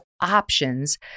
options